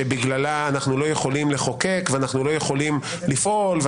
שבגללה אנחנו לא יכולים לחוקק ואנחנו לא יכולים לפעול,